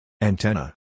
Antenna